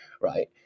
right